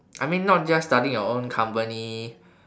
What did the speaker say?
I mean not just starting your own company